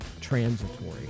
transitory